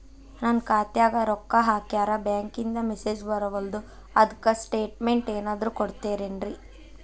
ನನ್ ಖಾತ್ಯಾಗ ರೊಕ್ಕಾ ಹಾಕ್ಯಾರ ಬ್ಯಾಂಕಿಂದ ಮೆಸೇಜ್ ಬರವಲ್ದು ಅದ್ಕ ಸ್ಟೇಟ್ಮೆಂಟ್ ಏನಾದ್ರು ಕೊಡ್ತೇರೆನ್ರಿ?